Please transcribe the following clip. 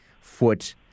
foot